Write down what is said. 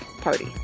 party